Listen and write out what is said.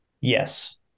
Yes